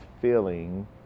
feeling